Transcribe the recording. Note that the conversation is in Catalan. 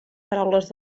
paraules